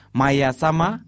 mayasama